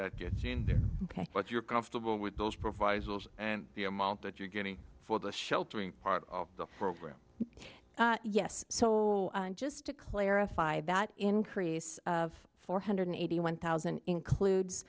that gets in there but you're comfortable with those provisos and the amount that you're getting for the sheltering part of the program yes so just to clarify that increase of four hundred eighty one thousand includes